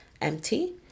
empty